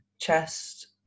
chest